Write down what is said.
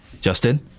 Justin